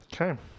okay